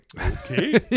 okay